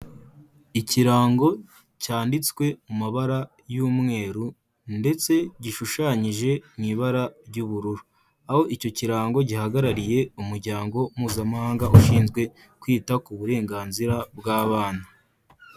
Ikirango cyanditswe mu mabara y'umweru ndetse gishushanyije mu ibara ry'ubururu, aho icyo kirango gihagarariye Umuryango Mpuzamahanga ushinzwe kwita ku burenganzira bw'abana.